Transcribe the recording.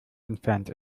entfernt